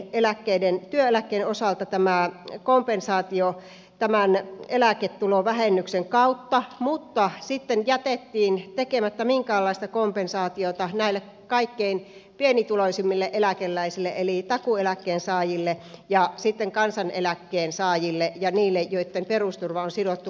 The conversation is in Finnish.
tuli työeläkkeen osalta tämä kompensaatio eläketulovähennyksen kautta mutta jätettiin tekemättä kompensaatio näille kaikkein pienituloisimmille eläkeläisille eli takuueläkkeen saajille ja kansaneläkkeen saajille ja niille joitten perusturva on sidottu kansaneläkeindeksiin